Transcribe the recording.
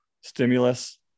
stimulus